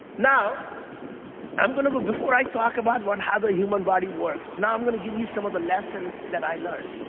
now i'm gonna go. before i talk about how the human body works, now i'm gonna give you some of the lessons that i learned.